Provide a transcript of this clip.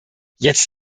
jetzt